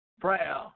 Prayer